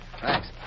Thanks